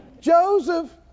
Joseph